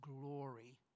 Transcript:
glory